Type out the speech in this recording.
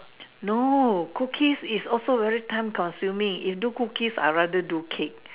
no cookies is also very time consuming if do cookies I rather do cake